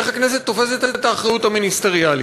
ואיך הכנסת תופסת את האחריות המיניסטריאלית?